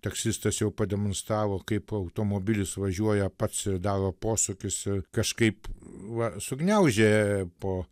taksistas jau pademonstravo kaip automobilis važiuoja pats ir daro posūkius ir kažkaip va sugniaužė po